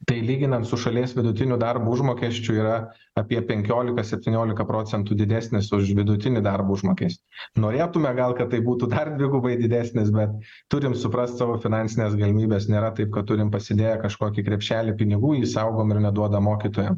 tai lyginant su šalies vidutiniu darbo užmokesčiu yra apie penkiolika septyniolika procentų didesnis už vidutinį darbo užmokestį norėtume gal kad tai būtų dar dvigubai didesnis bet turim suprast savo finansines galimybes nėra taip kad turim pasidėję kažkokį krepšelį pinigų jį saugom ir neduodam mokytojam